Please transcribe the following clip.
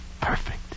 perfect